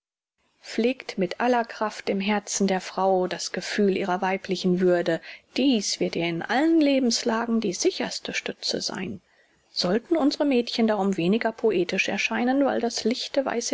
pflegt mit aller kraft im herzen der frau das gefühl ihrer weiblichen würde dies wird ihr in allen lebenslagen die sicherste stütze sein sollten unsre mädchen darum wenig poetisch erscheinen weil das lichte weiß